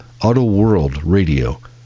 autoworldradio